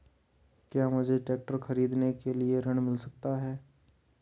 क्या मुझे ट्रैक्टर खरीदने के लिए ऋण मिल सकता है?